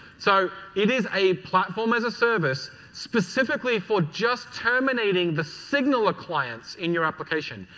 so, it is a platform as a service specifically for just terminating the signaler clients in your application.